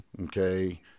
okay